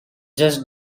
just